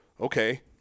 Okay